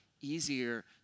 easier